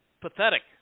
Pathetic